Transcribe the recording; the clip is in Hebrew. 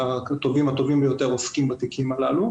והטובים ביותר עוסקים בתיקים האלה.